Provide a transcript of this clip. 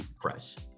Press